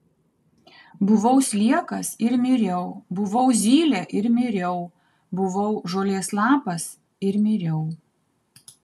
buvau sliekas ir miriau buvau zylė ir miriau buvau žolės lapas ir miriau